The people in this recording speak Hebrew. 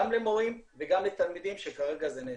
גם למורים וגם לתלמידים שכרגע זה נעשה.